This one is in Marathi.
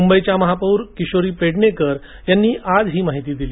मुंबईच्या महापौर किशोरी पेडणेकर यांनी आज ही माहिती दिली